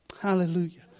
Hallelujah